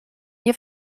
nie